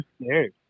scared